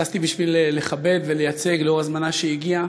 טסתי בשביל לייצג ולכבד, לאור הזמנה שהגיעה,